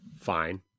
fine